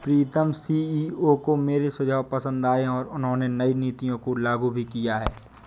प्रीतम CEO को मेरे सुझाव पसंद आए हैं और उन्होंने नई नीतियों को लागू भी किया हैं